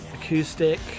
acoustic